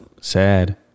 sad